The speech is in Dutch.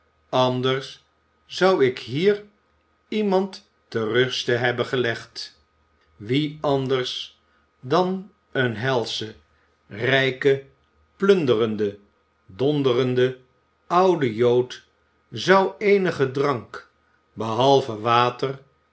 anders zou ik hier iemand ter ruste hebben gelegd wie anders dan een helsche rijke plunderende donderende oude jood zou eenigen drank behalve water